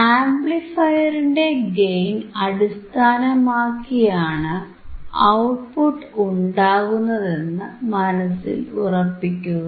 ആംപ്ലിഫയറിന്റെ ഗെയിൻ അടിസ്ഥാനമാക്കിയാണ് ഔട്ട്പുട്ട് ഉണ്ടാകുന്നതെന്ന് മനസിൽ ഉറപ്പിക്കുക